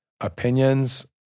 opinions—